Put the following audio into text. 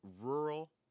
rural